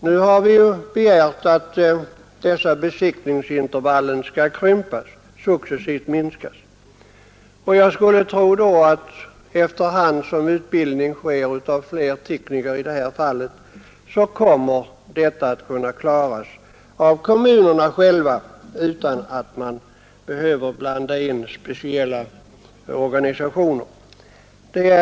Nu har vi begärt att dessa besiktningsintervaller skall successivt minskas, och jag skulle tro att efter hand som utbildning sker av fler tekniker kommer detta att kunna ordnas av kommunerna själva utan att man behöver blanda in speciella organisationer.